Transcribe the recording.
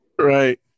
Right